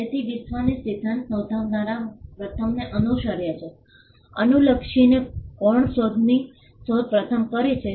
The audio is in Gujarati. તેથી વિશ્વએ સિદ્ધાંત નોંધાવનારા પ્રથમને અનુસર્યું છે અનુલક્ષીને કોણે શોધની શોધ પ્રથમ કરી છે